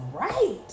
right